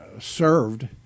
served